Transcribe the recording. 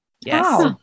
Yes